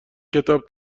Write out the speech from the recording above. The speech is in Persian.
کتاب